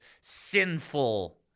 sinful